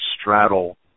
straddle